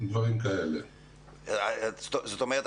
זאת אומרת,